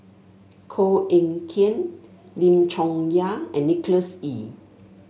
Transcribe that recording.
Koh Eng Kian Lim Chong Yah and Nicholas Ee